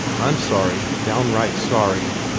i'm sorry, downright sorry.